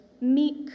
meek